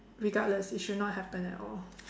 regardless it should not happen at all